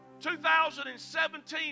2017